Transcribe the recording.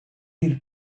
this